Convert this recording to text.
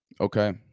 Okay